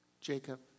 Jacob